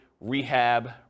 rehab